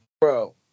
bro